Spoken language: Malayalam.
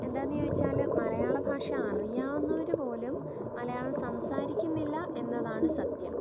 എന്താണെന്ന് ചോദിച്ചാൽ മലയാള ഭാഷ അറിയാവുന്നവർ പോലും മലയാളം സംസാരിക്കുന്നില്ല എന്നതാണ് സത്യം